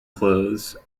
clothes